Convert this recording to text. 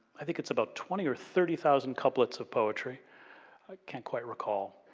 i think it's about twenty or thirty thousand couplets of poetry, i can't quite recall,